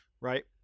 right